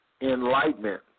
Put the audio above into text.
Enlightenment